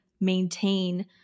maintain